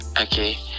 okay